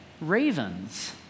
ravens